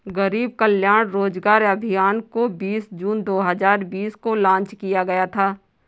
गरीब कल्याण रोजगार अभियान को बीस जून दो हजार बीस को लान्च किया गया था